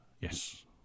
Yes